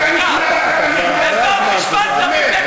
סליחה, בסוף משפט שמים נקודה.